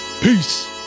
Peace